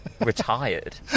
retired